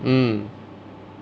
mm